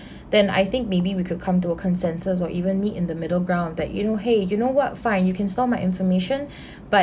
then I think maybe we could come to a consensus or even meet in the middle ground that you know !hey! you know what fine you can store my information but